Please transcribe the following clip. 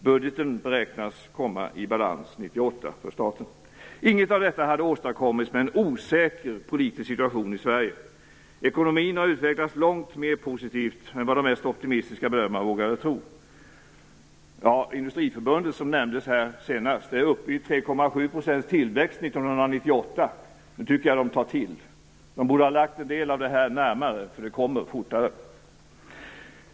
Budgeten beräknas komma i balans för staten Inget av detta hade åstadkommits med en osäker politisk situation i Sverige. Ekonomin har utvecklats långt mer positivt än vad de mest optimistiska bedömare vågade tro. Industriförbundet, som nämndes här senast, är uppe i 3,7 % tillväxt 1998. Jag tycker att de tar till. De borde ha lagt en del av det här närmare, därför att det kommer fortare.